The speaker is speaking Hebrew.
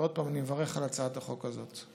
ועוד פעם, אני מברך על הצעת החוק הזאת.